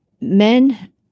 men